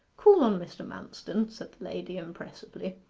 call on mr. manston said the lady impressively,